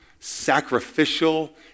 sacrificial